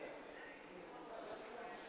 נא לשבת.